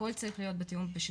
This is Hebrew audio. הכל צריך בתיאום ובשיתוף,